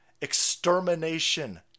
Extermination